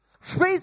Faith